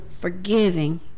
forgiving